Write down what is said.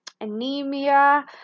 anemia